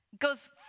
goes